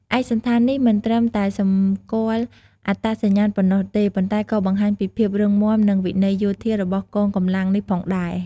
ឯកសណ្ឋាននេះមិនត្រឹមតែសម្គាល់អត្តសញ្ញាណប៉ុណ្ណោះទេ ប៉ុន្តែក៏បង្ហាញពីភាពរឹងមាំនិងវិន័យយោធារបស់កងកម្លាំងនេះផងដែរ។